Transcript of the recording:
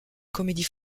comédie